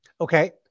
Okay